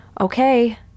okay